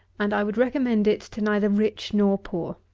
and i would recommend it to neither rich nor poor.